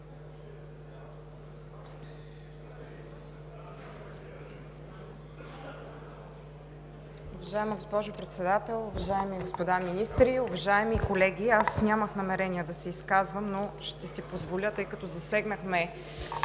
Уважаема госпожо Председател, уважаеми господа министри, уважаеми колеги! Аз нямах намерение да се изказвам, но ще си позволя, тъй като засегнахме